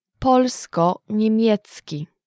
polsko-niemiecki